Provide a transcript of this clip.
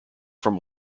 from